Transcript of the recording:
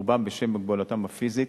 רובם בשל מוגבלותם הפיזית.